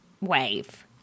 wave